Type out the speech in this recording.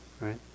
right